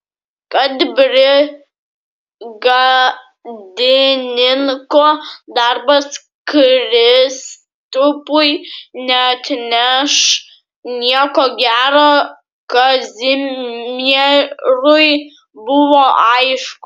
kad brigadininko darbas kristupui neatneš nieko gero kazimierui buvo aišku